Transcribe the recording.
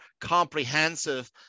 comprehensive